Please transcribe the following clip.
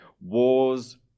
wars